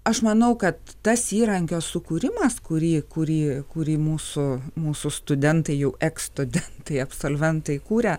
aš manau kad tas įrankio sukūrimas kurį kurį kurį mūsų mūsų studentai jau eks studentai absolventai kūrė